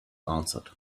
answered